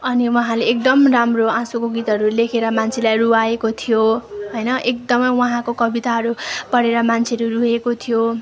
अनि उहाँले एकदम राम्रो आँसुको गीतहरू लेखेर मान्छेलाई रुवाएको थियो होइन एकदमै उहाँको कविताहरू पढेर मान्छेहरू रोएको थियो